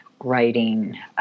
writing